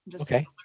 Okay